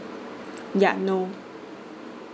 ya no